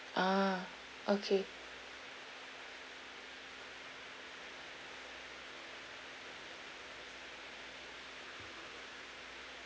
ah okay